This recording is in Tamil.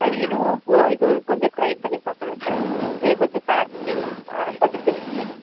சார் இதுவும் போ இதுவும் கொஞ்சம் ட்ரை பண்ணி பார்க்கணும் சார் இதையும் கொஞ்சம் பேக்கிங் ஆ கொஞ்சம் பிரித்து காட்டுங்கள்